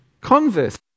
Converse